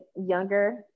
younger